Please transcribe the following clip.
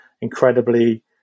incredibly